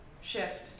Shift